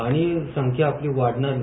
आणि संख्या आपली वाढणार नाही